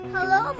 Hello